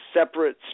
separate